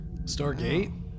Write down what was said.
Stargate